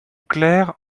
claire